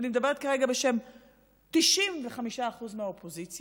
ואני מדברת כרגע בשם 95% מהאופוזיציה,